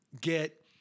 get